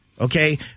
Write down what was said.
Okay